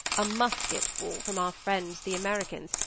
a musket ball from our friends, the americans,